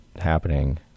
happening